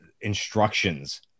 instructions